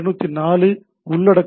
204 உள்ளடக்கம் இல்லை